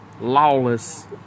lawless